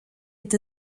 est